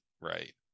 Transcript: right